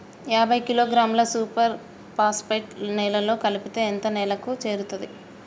యాభై కిలోగ్రాముల superphosphate నేలలో కలిపితే ఎంత నేలకు చేరుతది?